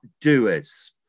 doers